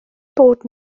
bod